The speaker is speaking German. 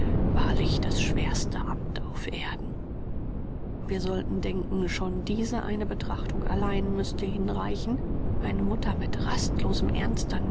wahrlich das schwerste amt auf erden wir sollten denken schon diese eine betrachtung allein müßte hinreichen eine mutter mit rastlosem ernst